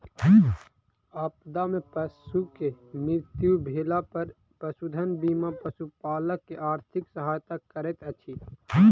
आपदा में पशु के मृत्यु भेला पर पशुधन बीमा पशुपालक के आर्थिक सहायता करैत अछि